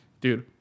dude